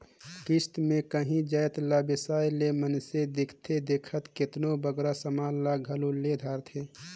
किस्त में कांही जाएत ला बेसाए ले मइनसे देखथे देखत केतनों बगरा समान ल घलो ले धारथे